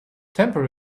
temper